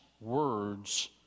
words